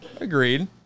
Agreed